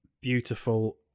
beautiful